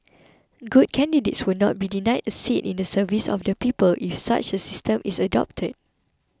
good candidates would not be denied a seat in the service of the people if such a system is adopted